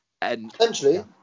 Potentially